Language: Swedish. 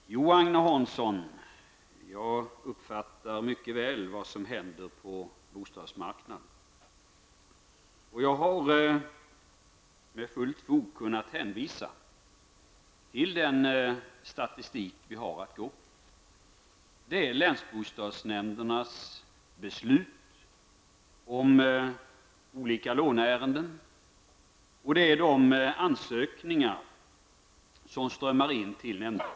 Herr talman! Jo, Agne Hansson, jag uppfattar mycket väl det som händer på bostadsmarknaden. Jag har med fullt fog kunnat hänvisa till den statistik vi har att gå efter. Det är länsbostadsnämndernas beslut om olika låneärenden, och det är de ansökningar som strömmar in till nämnderna.